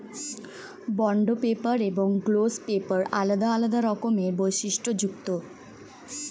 bond paper এবং gloss paper আলাদা আলাদা রকমের বৈশিষ্ট্যযুক্ত